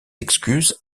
excuses